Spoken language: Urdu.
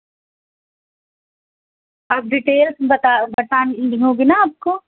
آپ ڈیٹیل بتا بتانے ہوگے نا آپ کو